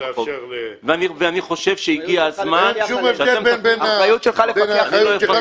אני חושב שהגיע הזמן --- אין שום הבדל בין האחריות שלנו לשלך.